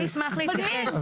אני אשמח להתייחס.